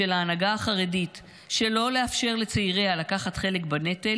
של ההנהגה החרדית שלא לאפשר לצעיריה לקחת חלק בנטל